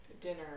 dinner